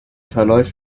verläuft